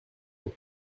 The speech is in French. eau